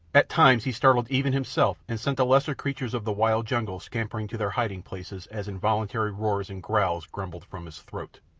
at times he startled even himself and sent the lesser creatures of the wild jungle scampering to their hiding places as involuntary roars and growls rumbled from his throat.